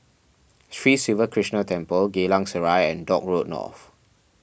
Sri Siva Krishna Temple Geylang Serai and Dock Road North